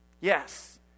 Yes